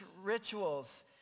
rituals